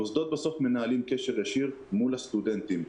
המוסדות בסוף מנהלים קשר ישיר מול הסטודנטים,